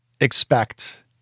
expect